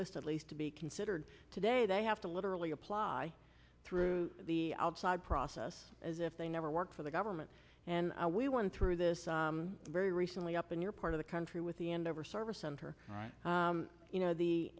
list at least to be considered today they have to literally apply through the outside process as if they never worked for the government and we went through this very recently up in your part of the country with the end of or service center you know the